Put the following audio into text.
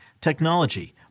technology